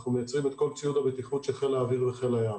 אנחנו מייצרים את כל ציוד הבטיחות של חיל האוויר וחיל הים.